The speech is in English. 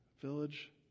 Village